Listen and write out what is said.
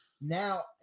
now